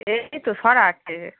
এর ভিতর সরা আছে